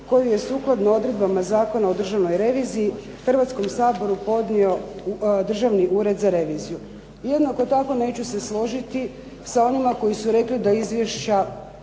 koju je sukladno odredbama Zakona o državnoj reviziji Hrvatskom saboru podnio Državni ured za reviziju. Jednako tako, neću se složiti sa onima koji su rekli da izvješća